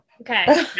Okay